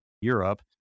Europe